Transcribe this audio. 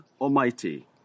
Almighty